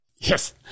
Yes